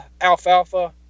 alfalfa